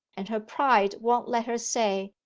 and her pride won't let her say,